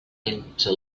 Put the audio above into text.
into